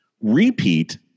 Repeat